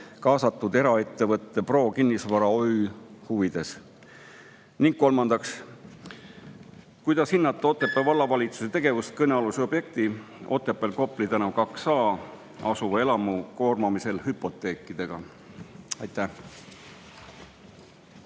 kaasatud eraettevõtte Pro Kinnisvara OÜ huvides? Ning kolmandaks, kuidas hinnata Otepää Vallavalitsuse tegevust kõnealuse objekti, Otepääl Kopli tänav 2a asuva elamu koormamisel hüpoteekidega? Aitäh!